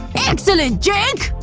excellent, jake!